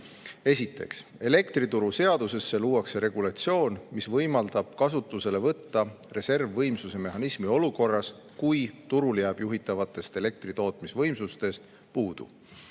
Esiteks, elektrituruseaduses luuakse regulatsioon, mis võimaldab kasutusele võtta reservvõimsuse mehhanismi olukorras, kus turul jääb juhitavatest elektritootmisvõimsustest puudu.